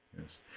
yes